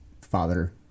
Father